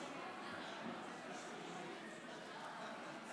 הצעת האי-אמון לא